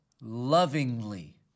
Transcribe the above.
lovingly